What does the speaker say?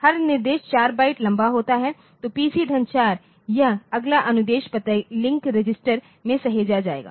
हर निर्देश 4 बाइट लंबा होता है तो PC 4 यह अगला अनुदेश पता लिंक रजिस्टर में सहेजा जाएगा